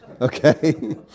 Okay